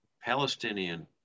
Palestinian